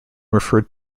referred